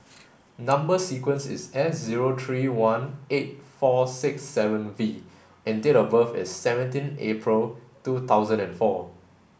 number sequence is S zero three one eight four six seven V and date of birth is seventeen April two thousand and four